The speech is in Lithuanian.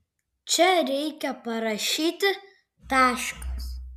čia reikia parašyti taškas